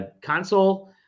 console